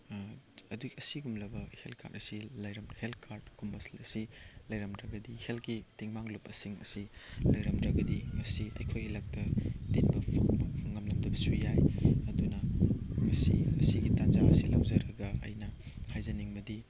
ꯑꯁꯤꯒꯨꯝꯂꯕ health card ꯑꯁꯤ health ꯀꯥꯔꯠꯀꯨꯝꯕ ꯑꯁꯤ ꯂꯩꯔꯝꯗ꯭ꯔꯒꯗꯤ ꯍꯦꯜꯠꯀꯤ ꯇꯦꯡꯕꯥꯡ ꯂꯨꯞꯁꯤꯡ ꯑꯁꯤ ꯂꯩꯔꯝꯗ꯭ꯔꯒꯗꯤ ꯉꯁꯤ ꯑꯩꯈꯣꯏꯒꯤ ꯂꯛꯇ ꯇꯤꯟꯕ ꯉꯝꯂꯝꯗꯕꯁꯨ ꯌꯥꯏ ꯑꯗꯨꯅ ꯉꯁꯤ ꯉꯁꯤꯒꯤ ꯇꯟꯖꯥ ꯑꯁꯤ ꯂꯧꯖꯔꯒ ꯑꯩꯅ ꯍꯥꯏꯖꯅꯤꯡꯕꯗꯤ